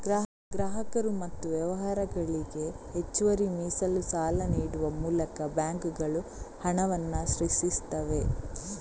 ಗ್ರಾಹಕರು ಮತ್ತು ವ್ಯವಹಾರಗಳಿಗೆ ಹೆಚ್ಚುವರಿ ಮೀಸಲು ಸಾಲ ನೀಡುವ ಮೂಲಕ ಬ್ಯಾಂಕುಗಳು ಹಣವನ್ನ ಸೃಷ್ಟಿಸ್ತವೆ